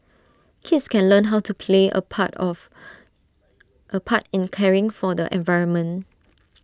kids can learn how to play A part of A part in caring for the environment